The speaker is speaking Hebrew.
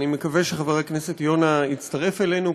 אני מקווה שחבר הכנסת יונה יצטרף אלינו,